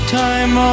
time